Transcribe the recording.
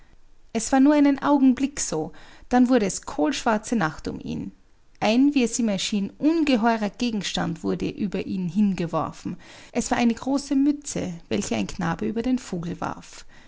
es war nur einen augenblick so dann wurde es kohlschwarze nacht um ihn ein wie es ihm erschien ungeheurer gegenstand wurde über ihn hingeworfen es war eine große mütze welche ein knabe über den vogel warf